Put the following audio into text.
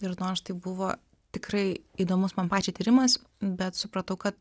ir nors tai buvo tikrai įdomus man pačiai tyrimas bet supratau kad